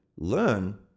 learn